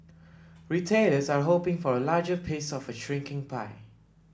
retailers are hoping for a larger piece of a shrinking pie